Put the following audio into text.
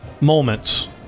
moments